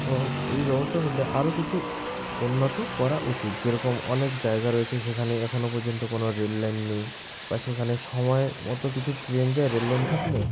এবং এই ব্যবস্থার মধ্যে আরও কিছু উন্নত করা উচিত যেরকম অনেক জায়গা রয়েছে সেখানে এখনও পর্যন্ত কোনও রেললাইন নেই বা সেখানে সময়ের মতো কিছু ট্রেন যায় রেললাইন থাকলে